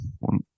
one